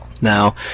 Now